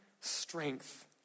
strength